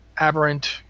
Aberrant